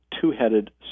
two-headed